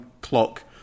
clock